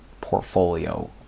portfolio